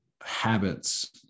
habits